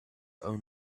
own